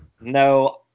No